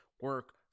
Work